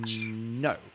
No